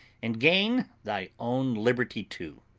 and gain thy own liberty too,